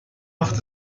macht